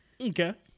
Okay